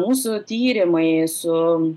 mūsų tyrimai su